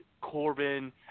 Corbin